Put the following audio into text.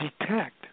detect